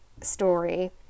story